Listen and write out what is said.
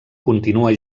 continua